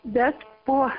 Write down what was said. bet po